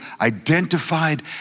identified